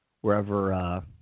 wherever